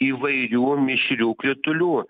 įvairių mišrių kritulių